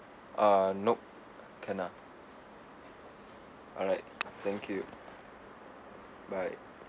uh nope can ah alright thank you bye